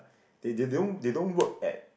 they they don't they don't work at